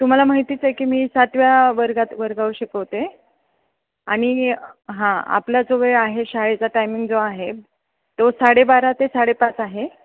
तुम्हाला माहितीच आहे की मी सातव्या वर्गात वर्गावर शिकवते आणि हां आपला जो वेळ आहे शाळेचा टायमिंग जो आहे तो साडेबारा ते साडेपाच आहे